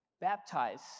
Baptize